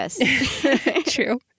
True